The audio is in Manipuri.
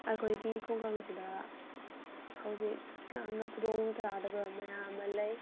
ꯑꯩꯈꯣꯏꯒꯤ ꯈꯨꯡꯒꯪꯁꯤꯗ ꯍꯧꯖꯤꯛ ꯌꯥꯝꯅ ꯈꯨꯗꯣꯡꯆꯥꯗꯕ ꯃꯌꯥꯝꯃ ꯂꯩ